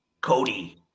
Cody